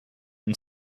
and